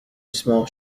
small